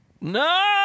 No